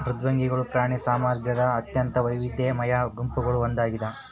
ಮೃದ್ವಂಗಿಗಳು ಪ್ರಾಣಿ ಸಾಮ್ರಾಜ್ಯದ ಅತ್ಯಂತ ವೈವಿಧ್ಯಮಯ ಗುಂಪುಗಳಲ್ಲಿ ಒಂದಾಗಿದ